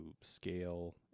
scale